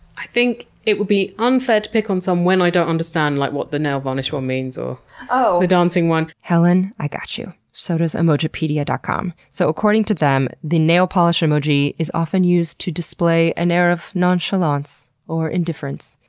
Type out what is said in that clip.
i think it would be unfair to pick on some when i don't understand, like, what the nail varnish one means, or the dancing one. helen, i got you. so does emojipedia dot com. so, according to them, the nail polish emoji is often used to display an air of nonchalance or indifference.